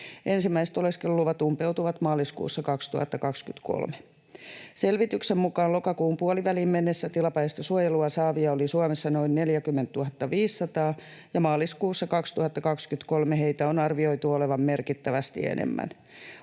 Ensimmäiset oleskeluluvat umpeutuvat maaliskuussa 2023. Selvityksen mukaan lokakuun puoliväliin mennessä tilapäistä suojelua saavia oli Suomessa noin 40 500, ja maaliskuussa 2023 heitä on arvioitu olevan merkittävästi enemmän.